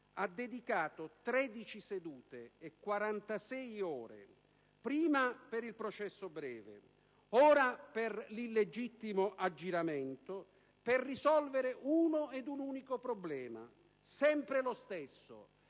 ha dedicato 13 sedute e 46 ore prima per il processo breve, ora per l'illegittimo aggiramento, per risolvere uno ed un unico problema, sempre lo stesso,